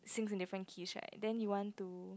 sing from different keys right then you want to